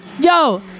Yo